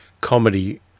comedy